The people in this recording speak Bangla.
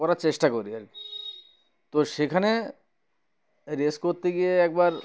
করার চেষ্টা করি আর কি তো সেখানে রেস করতে গিয়ে একবার